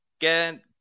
get